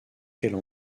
qu’elle